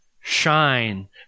shine